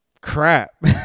crap